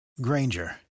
Granger